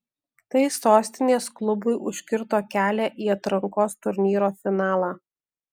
tai sostinės klubui užkirto kelią į atrankos turnyro finalą